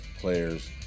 players